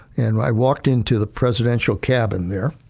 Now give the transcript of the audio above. and i walked into the presidential cabin there,